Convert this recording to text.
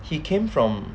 he came from